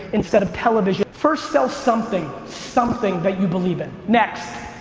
instead of television. first, sell something, something that you believe in. next,